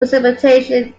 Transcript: precipitation